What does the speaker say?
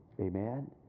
Amen